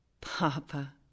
Papa